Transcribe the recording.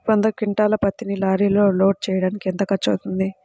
వంద క్వింటాళ్ల పత్తిని లారీలో లోడ్ చేయడానికి ఎంత ఖర్చవుతుంది?